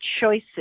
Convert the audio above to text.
choices